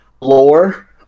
lore